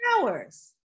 hours